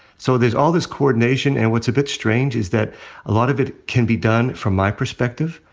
so there's all this coordination. and what's a bit strange is that a lot of it can be done, from my perspective,